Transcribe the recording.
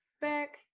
back